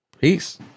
Peace